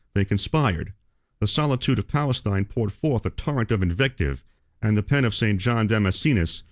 they conspired the solitude of palestine poured forth a torrent of invective and the pen of st. john damascenus,